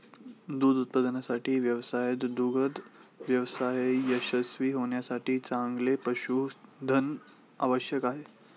दूध उत्पादनाच्या व्यवसायात दुग्ध व्यवसाय यशस्वी होण्यासाठी चांगले पशुधन आवश्यक आहे